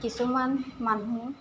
কিছুমান মানুহ